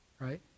right